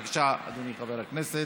בבקשה, אדוני חבר הכנסת.